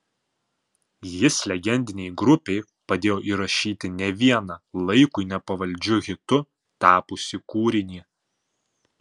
jis legendinei grupei padėjo įrašyti ne vieną laikui nepavaldžiu hitu tapusį kūrinį